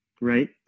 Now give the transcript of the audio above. right